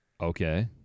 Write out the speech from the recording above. Okay